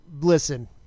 listen